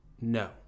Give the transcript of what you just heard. no